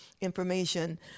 information